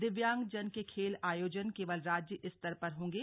दिव्यांगजन के खेल आयोजन केवल राज्य स्तर पर होंगे